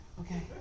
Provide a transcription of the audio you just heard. Okay